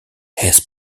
his